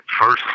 first